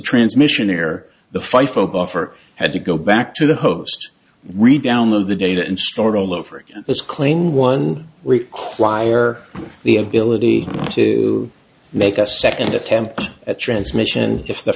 transmission there the fifer buffer had to go back to the host read download the data and start all over again as claimed one require the ability to make a second attempt at transmission if the